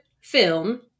film